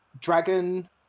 Dragon